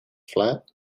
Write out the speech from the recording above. flat